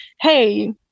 hey